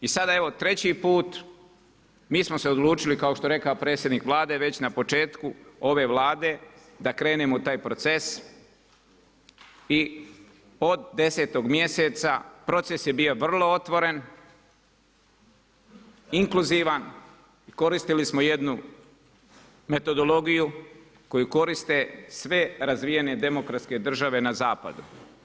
I sada evo treći put, mi smo se odlučili kao što je rekao predsjednik Vlade već na početku ove Vlade da krenemo u taj proces i od 10. mjeseca proces je bio vrlo otvoren, inkluzivan, koristili smo jednu metodologiju koju koriste sve razvijene demokratske države na zapadu.